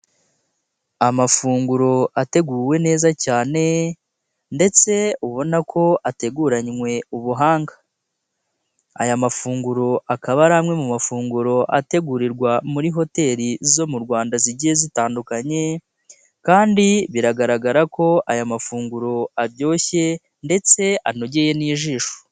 Amafunguro ateguwe neza cyane ndetse ubona ko ateguranywe ubuhanga, aya mafunguro akaba ari amwe mu mafunguro ategurirwa muri hoteli zo mu Rwanda zigiye zitandukanye kandi biragaragara ko aya mafunguro aryoshye ndetse anogeye n'ijisho.